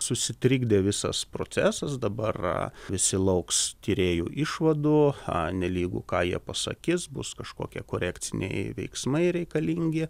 susitrigdė visas procesas dabar visi lauks tyrėjų išvadų nelygu ką jie pasakys bus kažkokie korekciniai veiksmai reikalingi